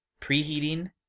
Preheating